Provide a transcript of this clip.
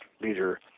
leader